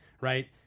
Right